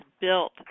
built